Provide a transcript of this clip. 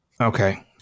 Okay